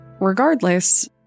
Regardless